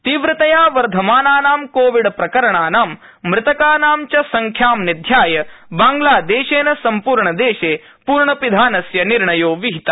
तीव्रतया वर्धमानानां कोविड प्रकरणानां मृतकानां च संख्यां निध्याय बांग्लादेशेन सम्पूर्ण देशे पूर्णपिधानस्य निर्णयो विहित